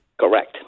Correct